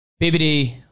BBD